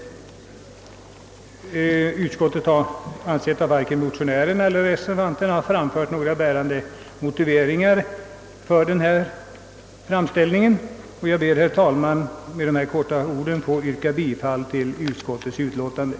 Enligt utskottets mening har varken motionärerna eller reservanterna framfört några bärande motiveringar för sin framställning, och jag ber, herr talman, att med dessa ord för yrka bifall till utskottets hemställan.